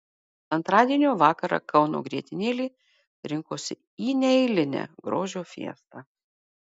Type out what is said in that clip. antradienio vakarą kauno grietinėlė rinkosi į neeilinę grožio fiestą